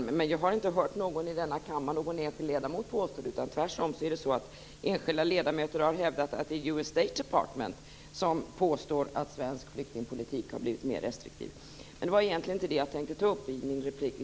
Men jag har inte hört någon enskild ledamot i kammaren påstå detta. Tvärtom har enskilda ledamöter hävdat att det är US State Department som påstår att svensk flyktingpolitik har blivit mer restriktiv. Men det var egentligen inte detta jag tänkte ta upp i min replik.